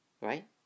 right